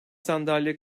sandalye